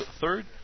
third